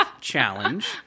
Challenge